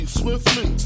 swiftly